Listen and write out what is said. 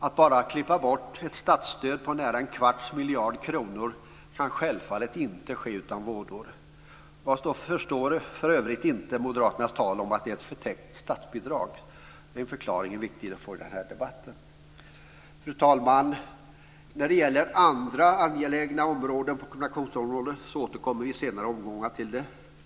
Att bara klippa bort ett statsstöd på nära en kvarts miljard kronor kan självfallet inte ske utan vådor. Jag förstår för övrigt inte moderaternas tal om att det är ett förtäckt statsbidrag. Det är viktigt att få en förklaring i denna debatt. Fru talman! När det gäller andra angelägna områden på kommunikationsområdet återkommer vi senare till dem.